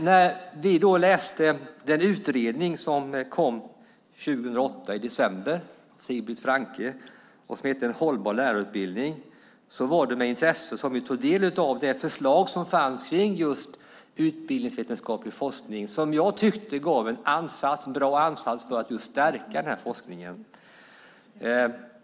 När vi då läste den utredning som kom i december 2008 av Sigbrit Franke, som heter En hållbar lärarutbildning , var det med intresse som vi tog del av de förslag som fanns om just utbildningsvetenskaplig forskning, som jag tyckte gav en bra ansats för att stärka den forskningen.